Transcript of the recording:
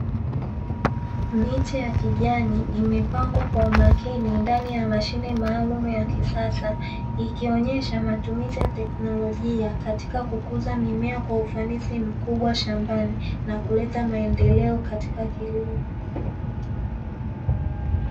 Miche ya kijani imepangwa kwa umakini ndani ya mashine maalumu ya kisasa, ikionyesha matumizi ya teknolojia katika kukuza mimea kwa ufanisi mkubwa shambani na kuleta maendeleo katika kilimo.